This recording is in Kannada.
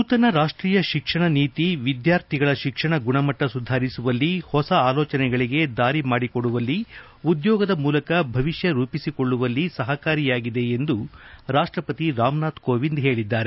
ನೂತನ ರಾಷ್ಟೀಯ ಶಿಕ್ಷಣ ನೀತಿ ವಿದ್ಯಾರ್ಥಿಗಳ ಶಿಕ್ಷಣ ಗುಣಮಟ್ಟ ಸುಧಾರಿಸುವಲ್ಲಿ ಹೊಸ ಆಲೋಚನೆಗಳಿಗೆ ದಾರಿ ಮಾಡಿಕೊಡುವಲ್ಲಿ ಉದ್ಯೋಗದ ಮೂಲಕ ಭವಿಷ್ಯ ರೂಪಿಸಿಕೊಳ್ಳುವಲ್ಲಿ ಸಹಕಾರಿಯಾಗಿದೆ ಎಂದು ರಾಷ್ಟಪತಿ ರಾಮನಾಥ್ ಕೋವಿಂದ್ ಹೇಳಿದ್ದಾರೆ